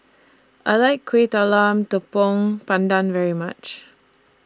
I like Kueh Talam Tepong Pandan very much